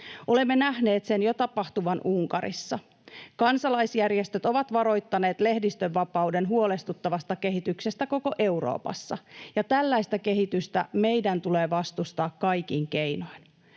Olemme nähneet sen jo tapahtuvan Unkarissa. Kansalaisjärjestöt ovat varoittaneet lehdistönvapauden huolestuttavasta kehityksestä koko Euroopassa, ja tällaista kehitystä meidän tulee vastustaa kaikin keinoin.